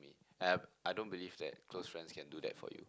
and I I don't believe that close friends can do that for you